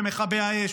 במכבי האש,